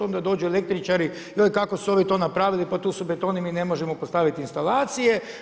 Onda dođu električari, joj kako su ovi to napravili, pa tu su betoni, mi ne možemo postaviti instalacije.